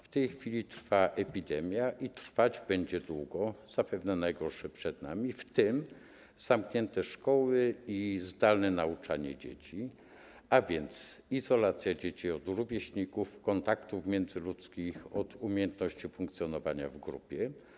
W tej chwili trwa epidemia i trwać będzie długo, zapewne najgorsze przed nami, w tym zamknięte szkoły i zdalne nauczanie dzieci, a więc izolacja dzieci od rówieśników, kontaktów międzyludzkich, od umiejętności funkcjonowania w grupie.